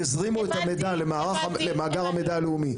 יזרימו את המידע למאגר המידע הלאומי.